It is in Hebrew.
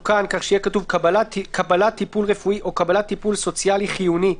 קבלת טיפול רפואי או קבלת טיפול סוציאלי חיוני.